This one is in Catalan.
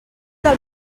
del